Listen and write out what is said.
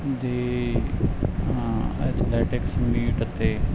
ਦੀ athletics meet 'ਤੇ